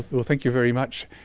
well, thank you very much.